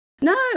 no